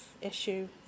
issue